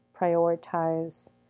prioritize